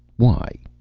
why?